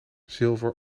zilver